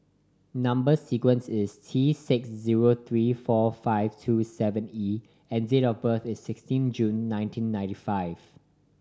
number sequence is T six zero three four five two seven E and date of birth is sixteen June nineteen ninety five